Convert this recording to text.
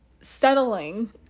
settling